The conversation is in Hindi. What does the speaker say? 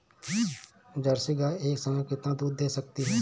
जर्सी गाय एक समय में कितना दूध दे सकती है?